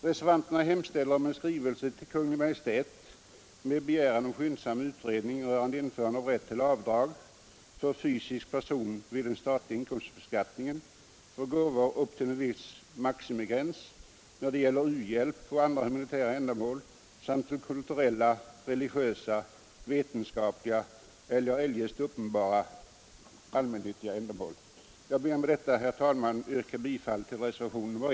Reservanterna hemställer om en skrivelse till Kungl. Maj:t med begäran om skyndsam utredning rörande införande av rätt till avdrag för fysisk person vid den statliga inkomstbeskattningen för gåvor upp till en viss maximigräns när det gäller u-hjälp och andra humanitära ändamål nyttiga ändamål. Onsdagen den Jag ber med detta, herr talman, att få yrka bifall till reservationen 1.